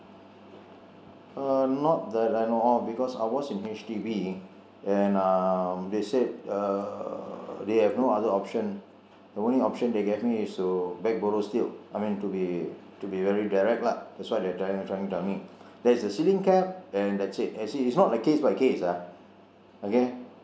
uh not that I know of because I was in H_D_B and um they said uh they have no other option the only option they gave me is to beg borrow steal I mean to be to be very direct lah that's what they are trying to tell me there's a ceiling cap and that's it as in it's not a case by case ah okay